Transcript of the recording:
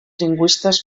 lingüistes